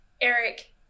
Eric